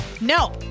No